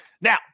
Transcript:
Now